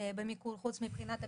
במיקור חוץ מבחינת הפיקוח,